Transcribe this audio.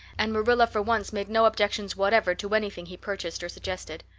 and marilla for once made no objections whatever to anything he purchased or suggested.